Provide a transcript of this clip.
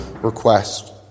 request